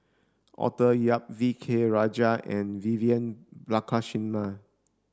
Arthur Yap V K Rajah and Vivian Balakrishnan